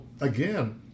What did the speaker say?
again